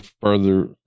further